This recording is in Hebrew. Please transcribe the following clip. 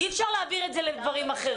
אי אפשר להעביר את זה לדברים אחרים.